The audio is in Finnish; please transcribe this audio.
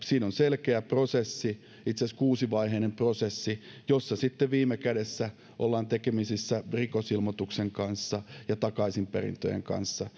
siinä on selkeä prosessi itse asiassa kuusivaiheinen prosessi jossa sitten viime kädessä ollaan tekemisissä rikosilmoituksen kanssa ja takaisinperintöjen kanssa